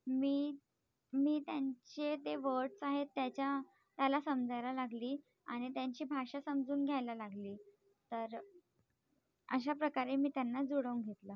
मी मी त्यांचे ते वर्डस आहे त्याच्या त्याला समजायला लागली आणि त्यांची भाषा समजावून घ्यायला लागली तर अशा प्रकारे मी त्यांना जुळवून घेतलं